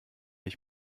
ich